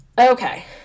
Okay